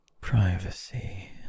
privacy